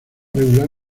regular